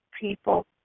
people